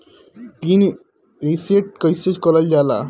Pin reset कईसे करल जाला?